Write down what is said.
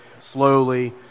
slowly